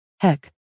Heck